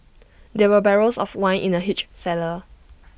there were barrels of wine in the huge cellar